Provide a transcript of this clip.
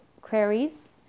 queries